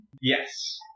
Yes